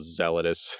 zealotous